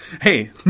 Hey